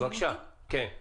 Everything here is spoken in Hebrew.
משרד המשפטים, בבקשה, גברתי.